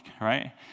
right